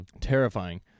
Terrifying